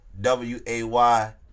W-A-Y